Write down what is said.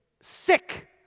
sick